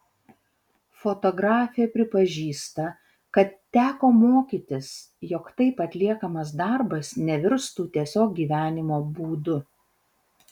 fotografė pripažįsta kad teko mokytis jog taip atliekamas darbas nevirstų tiesiog gyvenimo būdu